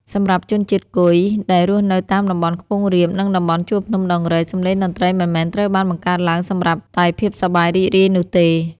សម្រាប់ជនជាតិគុយដែលរស់នៅតាមតំបន់ខ្ពង់រាប និងតំបន់ជួរភ្នំដងរែក សម្លេងតន្ត្រីមិនមែនត្រូវបានបង្កើតឡើងសម្រាប់តែភាពសប្បាយរីករាយនោះទេ។